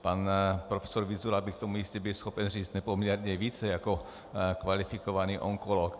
Pan profesor Vyzula by k tomu jistě byl schopen říct nepoměrně více jako kvalifikovaný onkolog.